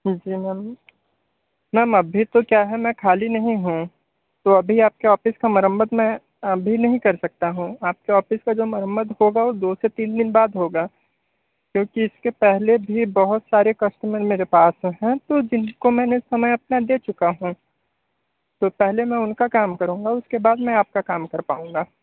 जी ma'am ma'am अभी तो क्या है मैं ख़ाली नहीं हूँ तो अभी आपके ऑफिस का मरम्मत में अभी नहीं कर सकता हूँ आपके ऑफिस की जो मरम्मत होगी वो दो से तीन दिन बाद होगा क्योंकि इसके पहले भी बहुत सारे कस्टमर मेरे पास है तो जिनको मैंने समय अपना दे चुका हूँ तो पहले मैं उनका काम करूँगा उसके बाद में आपका काम कर पाऊँगा